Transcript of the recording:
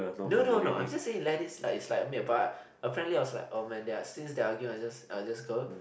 no no no I'm just saying let it slide it's like make a part uh apparently I was like oh man there are since there are argument I'll just I'll just go